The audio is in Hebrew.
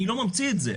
אני לא ממציא את זה.